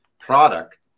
product